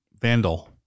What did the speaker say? vandal